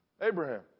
Abraham